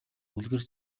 үлгэр